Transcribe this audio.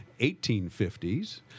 1850s